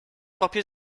proprio